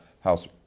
House